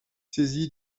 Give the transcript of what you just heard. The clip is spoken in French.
saisi